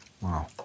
wow